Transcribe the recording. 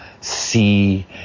see